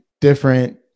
different